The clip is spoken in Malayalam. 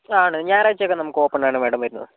ആണ് ഞായറാഴ്ച്ചയൊക്കെ നമുക്ക് ഓപ്പൺ ആണ് മേഡം വരുന്നത്